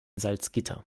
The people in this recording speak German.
salzgitter